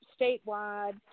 statewide